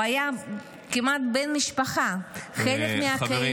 הוא היה כמעט בן משפחה, חלק מהקהילה.